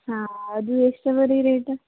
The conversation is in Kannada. ಹಾಂ ಅದು ಎಷ್ಟು ಅದೆ ರೀ ರೇಟ್